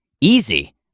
Easy